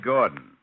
Gordon